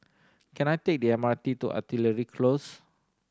can I take the M R T to Artillery Close